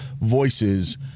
voices